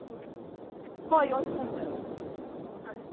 हय होच नंबर हय